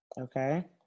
Okay